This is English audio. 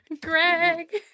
greg